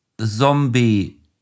zombie